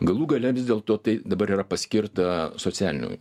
galų gale vis dėlto tai dabar yra paskirta socialinių